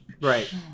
Right